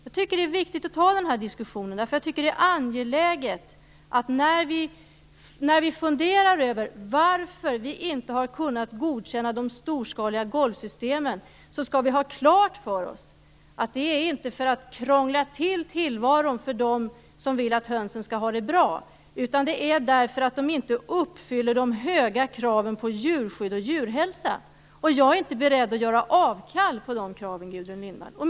Jag tycker att det är viktigt att föra den här diskussionen. Vi kan fundera över varför vi inte har kunnat godkänna de storskaliga golvsystemen. Då är det angeläget att man har klart för sig att det inte är för att vi vill krångla till tillvaron för dem som vill att hönsen skall ha det bra utan därför att dessa system inte uppfyller de höga kraven på djurskydd och djurhälsa. Jag är inte beredd att göra avkall på de kraven, Gudrun Lindvall.